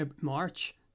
March